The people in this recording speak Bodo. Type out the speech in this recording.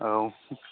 औ